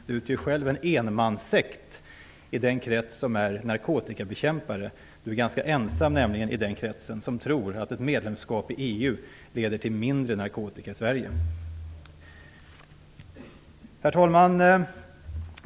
Han utgör själv en enmanssekt i den krets som är narkotikabekämpare. Han är nämligen ganska ensam i den kretsen om att tro att ett medlemskap i EU leder till mindre narkotika i Sverige. Herr talman!